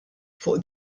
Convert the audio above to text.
fuq